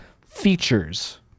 features